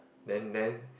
then then